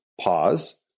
pause